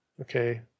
okay